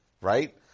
right